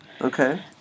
Okay